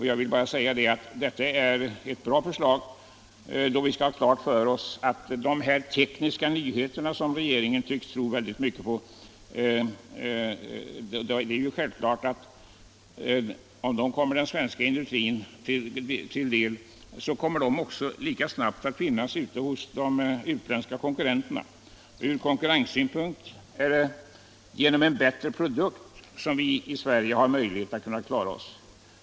Jag vill bara säga att det är ett mycket bra förslag, då vi skall ha klart för oss att de tekniska nyheter som regeringen tycks tro så mycket på, om de kommer den svenska industrin till del, också mycket snart kommer att finnas tillgängliga för konkurrenterna i utlandet. Ur konkurrenssynpunkt är det genom en bättre produkt som vi i Sverige har möjlighet att klara oss.